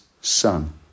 son